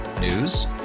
News